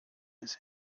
his